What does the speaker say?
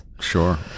Sure